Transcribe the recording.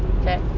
okay